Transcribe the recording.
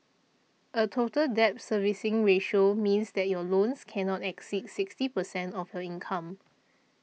a Total Debt Servicing Ratio means that your loans cannot exceed sixty percent of your income